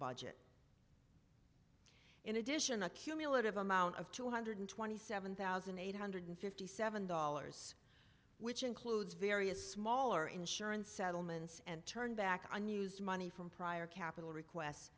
budget in addition a cumulative amount of two hundred twenty seven thousand eight hundred fifty seven dollars which includes various smaller insurance settlements and turned back on used money from prior capital requests